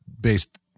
based